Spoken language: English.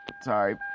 sorry